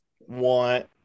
want